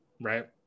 Right